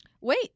wait